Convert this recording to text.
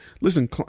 Listen